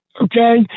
Okay